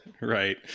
Right